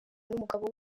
n’umugabo